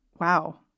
wow